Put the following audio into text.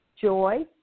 joy